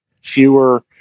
fewer